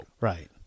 right